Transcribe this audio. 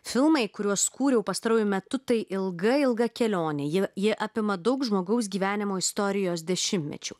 filmai kuriuos kūriau pastaruoju metu tai ilga ilga kelionė ji ji apima daug žmogaus gyvenimo istorijos dešimtmečių